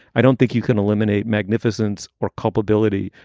i don't think you can eliminate magnificence or culpability.